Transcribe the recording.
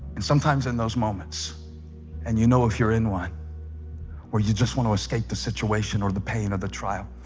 and sometimes in those moments and you know if you're in one where you just want to escape the situation or the pain of the trial?